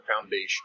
Foundation